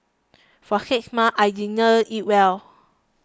for six months I didn't eat well